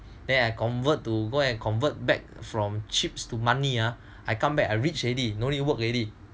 then I convert to go and convert back from chips to money ah I come back I rich already no need work already